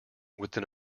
within